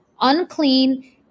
unclean